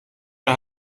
der